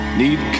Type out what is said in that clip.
need